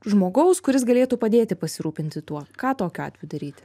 žmogaus kuris galėtų padėti pasirūpinti tuo ką tokiu atveju daryti